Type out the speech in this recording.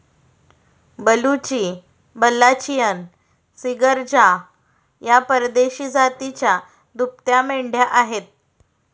बलुची, बल्लाचियन, सिर्गजा या परदेशी जातीच्या दुभत्या मेंढ्या आहेत